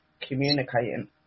communicating